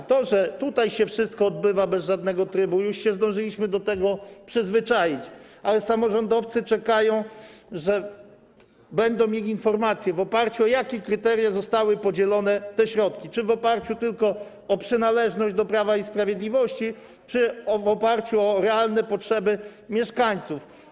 Do tego, że tutaj wszystko odbywa się bez żadnego trybu, już zdążyliśmy się przyzwyczaić, ale samorządowcy czekają na to, że będą mieli informację o tym, w oparciu o jakie kryteria zostały podzielone te środki, czy w oparciu tylko o przynależność do Prawa i Sprawiedliwości, czy w oparciu o realne potrzeby mieszkańców.